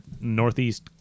Northeast